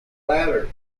ladder